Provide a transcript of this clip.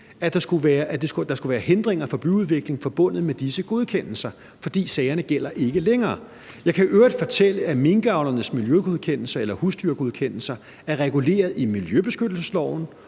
at der skulle være hindringer for byudvikling forbundet med disse godkendelser, for godkendelserne gælder ikke længere. Jeg kan i øvrigt fortælle, at minkavlernes miljøgodkendelser eller husdyrgodkendelser er reguleret i miljøbeskyttelsesloven